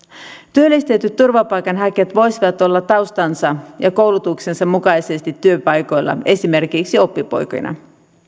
työllistetyt turvapaikanhakijat voisivat olla taustansa ja koulutuksensa mukaisesti työpaikoilla esimerkiksi oppipoikina